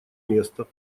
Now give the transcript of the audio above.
места